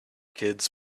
kids